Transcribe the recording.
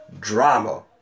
drama